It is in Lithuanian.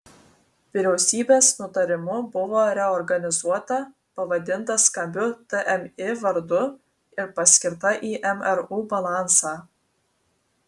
vyriausybės nutarimu buvo reorganizuota pavadinta skambiu tmi vardu ir paskirta į mru balansą